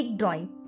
drawing